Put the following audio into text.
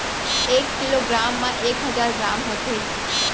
एक kilogram मा एक हजार ग्राम होथे